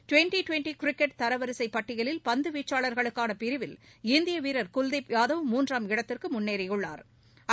twenty twenty cricket தரவரிசை பட்டியலில் பந்து வீச்சாளர்களுக்கான பிரிவில் இந்திய வீரா் குல்தீப் யாதவ் மூன்றாம் இடத்திற்கு முன்னேறியுள்ளாா்